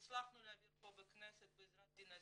שהצלחנו להעביר פה בכנסת בעזרת דינה זילבר.